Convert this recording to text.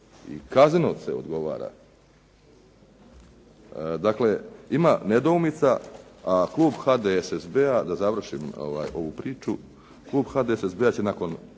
kazneno se odgovara.